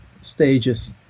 stages